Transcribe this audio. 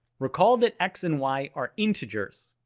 recall that x and y are integers.